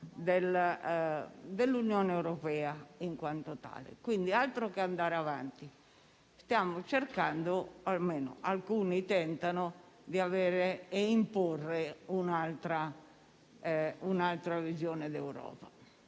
dell'Unione europea in quanto tale. Quindi, altro che andare avanti! Stiamo cercando o, almeno, alcuni tentano di avere e imporre un'altra visione d'Europa.